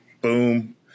boom